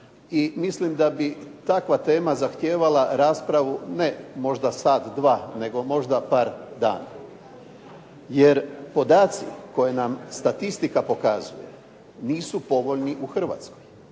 mislim da bi takva tema zahtijevala raspravu, ne možda sat-dva, nego možda par dana. Jer podaci koje nam statistika pokazuje nisu povoljni u Hrvatskoj.